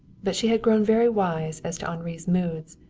but she had grown very wise as to henri's moods,